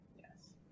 Yes